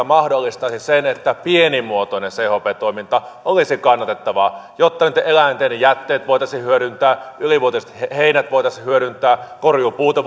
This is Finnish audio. mahdollistaisi sen että pienimuotoinen chp toiminta olisi kannatettavaa jotta niitten eläinten jätteet voitaisiin hyödyntää ylivuotiset heinät voitaisiin hyödyntää korjuupuuta